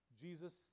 Jesus